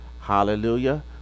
Hallelujah